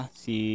si